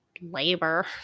labor